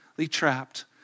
trapped